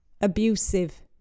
Abusive